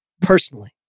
personally